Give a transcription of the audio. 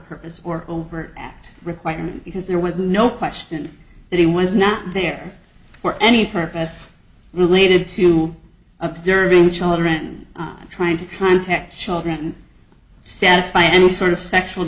purpose or overt act requirement because there was no question that he was not there for any purpose related to observing child ren trying to contact children satisfy any sort of sexual